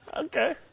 Okay